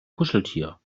kuscheltier